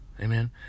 Amen